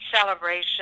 celebration